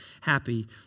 happy